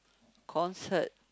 concert